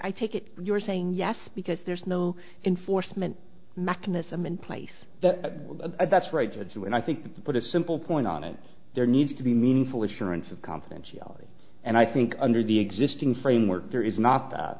i take it you're saying yes because there's no enforcement mechanism in place that that's right and i think to put a simple point on it there needs to be meaningful assurance of confidentiality and i think under the existing framework there is